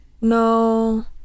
No